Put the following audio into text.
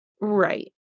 right